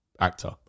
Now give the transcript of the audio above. Actor